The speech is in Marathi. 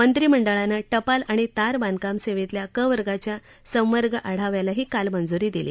मंत्रीमंडळानं टपाल आणि तार बांधकाम सेवेतल्या क वर्गाच्या संवर्ग आढावाल्याही काल मंजुरी दिली